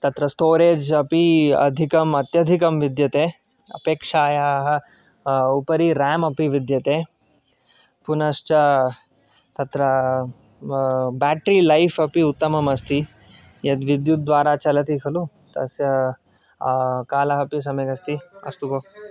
तत्र स्तोरेज् अपि अधिकम् अत्यधिकं विद्यते अपेक्षायाः उपरि रेम् अपि विद्यते पुनश्च तत्र बेट्री लैफ़् अपि उत्तममस्ति यद्विद्युद्द्वारा चलति खलु तस्य कालः अपि सम्यक् अस्ति अस्तु भोः